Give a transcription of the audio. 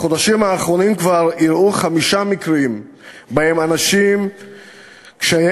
בחודשים האחרונים כבר אירעו חמישה מקרים שבהם אנשים קשי-יום